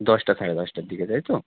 দশটা সাড়ে দশটার দিকে তাই তো